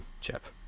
chip